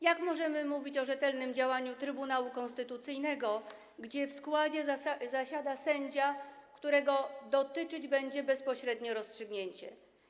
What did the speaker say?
Jak możemy mówić o rzetelnym działaniu Trybunału Konstytucyjnego, gdy w składzie zasiada sędzia, którego dotyczyć będzie bezpośrednio rozstrzygnięcie?